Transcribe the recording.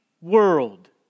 world